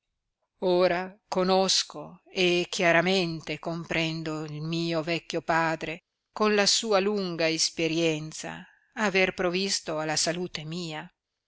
ora conosco e chiaramente comprendo il mio vecchio padre con la sua lunga isperienza aver provisto alla salute mia